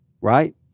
right